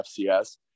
FCS